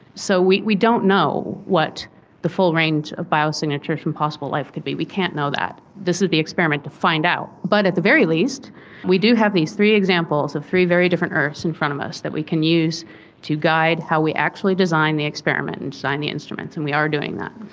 so we we don't know what the full range of bio-signatures from possible life could be, we can't know that. this will be the experiment to find out. but at the very least we do have these three examples of three very different earths in front of us that we can use to guide how we actually design the experiment and design the instruments, and we are doing that.